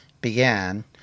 began